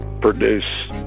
produce